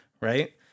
Right